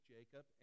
Jacob